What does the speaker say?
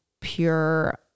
pure